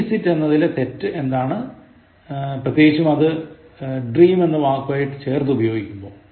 to visit എന്നതിലെ തെറ്റ് എന്താണ് പ്രത്യേകിച്ചും അത് dream എന്ന വാക്കുമായി ചേർത്ത് ഉപയോഗിക്കുമ്പോൾ